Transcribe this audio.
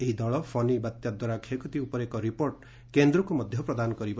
ଏହି ଦଳ ଫନୀ ବାତ୍ୟାଦ୍ୱାରା କ୍ଷୟକ୍ଷତି ଉପରେ ଏକ ରିପୋର୍ଟ କେନ୍ଦ୍ରକୁ ପ୍ରଦାନ କରିବ